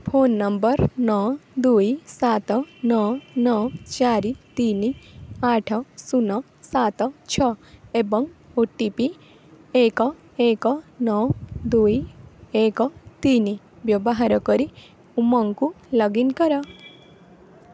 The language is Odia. ଫୋନ୍ ନମ୍ବର୍ ନଅ ଦୁଇ ସାତ ନଅ ନଅ ଚାରି ତିନି ଆଠ ଶୂନ ସାତ ଛଅ ଏବଂ ଓ ଟି ପି ଏକ ଏକ ନଅ ଦୁଇ ଏକ ତିନି ବ୍ୟବହାର କରି ଉମଙ୍ଗକୁ ଲଗ୍ଇନ୍ କର